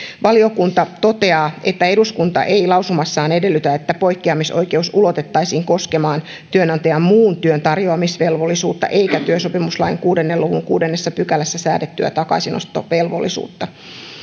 valiokunta toteaa että eduskunta ei lausumassaan edellytä että poikkeamisoikeus ulotettaisiin koskemaan työnantajan muun työn tarjoamisvelvollisuutta eikä työsopimuslain kuuden luvun kuudennessa pykälässä säädettyä takaisinottovelvollisuutta